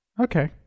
Okay